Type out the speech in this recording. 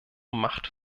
macht